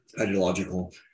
ideological